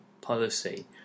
policy